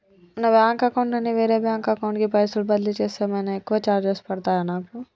నా bank account నుండి వేరే బ్యాంక్ అకౌంట్ కి పైసల్ బదిలీ చేస్తే ఏమైనా ఎక్కువ చార్జెస్ పడ్తయా నాకు?